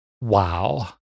Wow